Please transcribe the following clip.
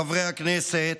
חברי הכנסת,